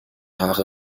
haare